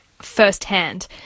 firsthand